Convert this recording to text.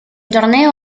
torneo